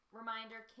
reminder